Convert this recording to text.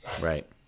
Right